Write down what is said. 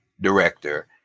director